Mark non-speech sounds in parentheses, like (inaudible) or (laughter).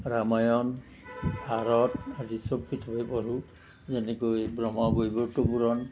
ৰামায়ণ ভাৰত আদি সব কিতাপেই পঢ়োঁ যেনেকৈ ব্ৰহ্মাৰ (unintelligible) পুৰাণ